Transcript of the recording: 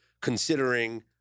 considering –